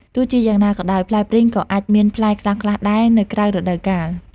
ទោះជាយ៉ាងណាក៏ដោយ ផ្លែព្រីងក៏អាចមានផ្លែខ្លះៗដែរនៅក្រៅរដូវកាល។